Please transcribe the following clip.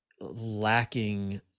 lacking